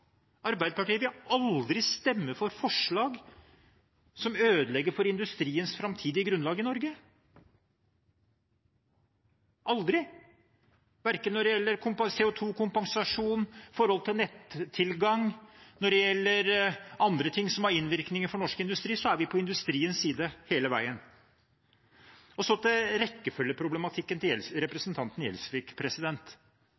Arbeiderpartiet vil aldri stemme for forslag som ødelegger for industriens framtidige grunnlag i Norge – aldri – verken når det gjelder CO 2 -kompensasjon eller forholdet til nettilgang. Når det gjelder andre ting som har innvirkning på norsk industri, er vi på industriens side hele veien. Så til rekkefølgeproblematikken til